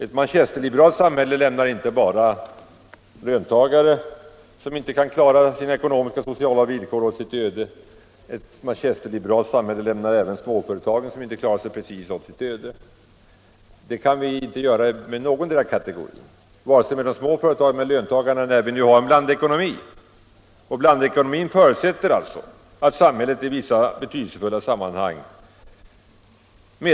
Ett manchesterliberalt samhälle lämnar åt sitt öde inte bara löntagare, som inte kan uppfylla sina ekonomiska och sociala villkor, utan även de små företag som inte kan klara sig. Men så kan inte vi göra vare sig med löntagarna eller med de små företagen, när vi nu har en blandekonomi. Blandekonomin ålägger samhället att medverka i vissa betydelsefulla sammanhang.